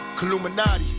killuminati.